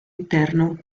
interno